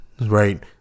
right